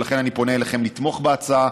ולכן אני פונה אליכם לתמוך בהצעה: